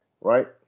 right